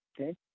okay